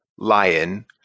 lion